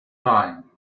time